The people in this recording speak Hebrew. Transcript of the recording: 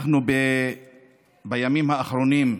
אנחנו בימים האחרונים,